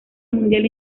mundial